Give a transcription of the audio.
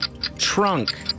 trunk